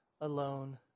alone